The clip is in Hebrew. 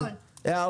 אין.